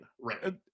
right